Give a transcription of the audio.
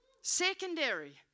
Secondary